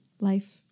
Life